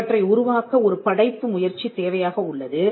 இவற்றை உருவாக்க ஒரு படைப்பு முயற்சி தேவையாக உள்ளது